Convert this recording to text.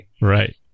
right